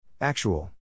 Actual